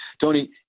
Tony